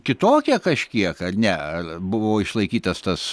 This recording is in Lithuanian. kitokia kažkiek ar ne ar buvo išlaikytas tas